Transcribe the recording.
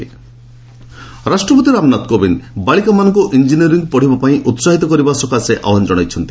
president Bihar ରାଷ୍ଟ୍ରପତି ରାମନାଥ କୋବିନ୍ଦ ବାଳିକାମାନଙ୍କୁ engineering ପଢ଼ିବା ପାଇଁ ଉସାହିତ କରିବା ସକାଶେ ଆହ୍ୱାନ ଜଣାଇଛନ୍ତି